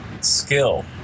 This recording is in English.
skill